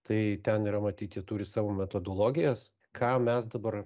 tai ten yra matyt jie turi savo metodologijas ką mes dabar